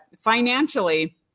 financially